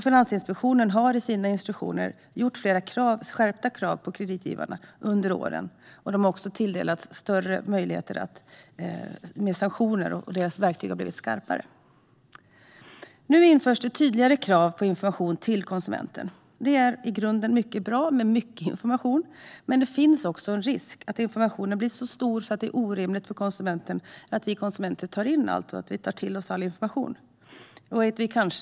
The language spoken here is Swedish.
Finansinspektionen har i sina instruktioner skärpt kraven på kreditgivarna. Man har också fått större möjligheter till sanktioner och har skarpare verktyg att ta till. Nu införs tydligare krav på information till konsumenter. Det är i grunden bra med mycket information, men det finns också en risk att informationen blir så omfattande att det blir orimligt att vänta sig att konsumenten ska kunna ta in allt.